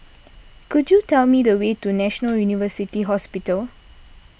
could you tell me the way to National University Hospital